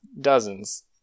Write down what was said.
dozens